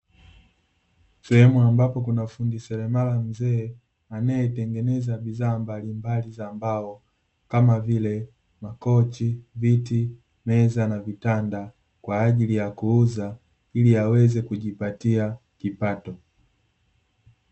Sehemu ambapo kuna fundi seremala mzee anayetengeneza bidhaa mbalimbali za mbao kama vile: makochi ,viti , meza na vitanda; kwa ajili ya kuuza ili aweze kujipatia kipato.